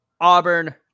Auburn